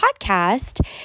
podcast